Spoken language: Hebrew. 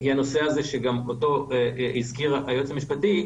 היא הנושא שגם אותו הזכיר היועץ המשפטי,